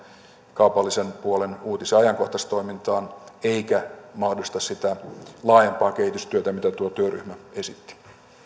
kaupallisen puolen uutis ja ajankohtaistoimintaan eikä mahdollista sitä laajempaa kehitystyötä mitä tuo työryhmä esitti